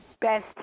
best